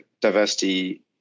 diversity